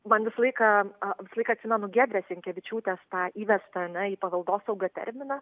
man visą laiką visą laiką atsimenu giedrės sinkevičiūtės tą įvesta ar ne į paveldosaugą terminą